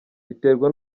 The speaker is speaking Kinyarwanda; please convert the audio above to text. biterwa